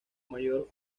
mayor